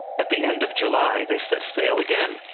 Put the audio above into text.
at the end of july, they set sail again,